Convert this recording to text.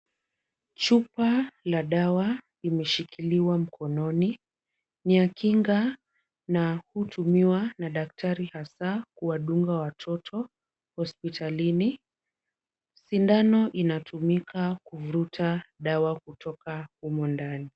Chupa la dawa imeshikiliwa mkononi. Ni ya kinga na hutumiwa na daktari hasa kuwadunga watoto hospitalini. Sindano inatumika kuvuruta dawa kutoka humo ndani.